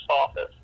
office